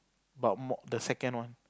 but more the second one